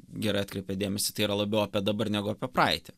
gerai atkreipėt dėmesį tai yra labiau apie dabar negu apie praeitį